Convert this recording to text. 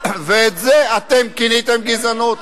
ואת זה אתם כיניתם "גזענות".